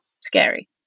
scary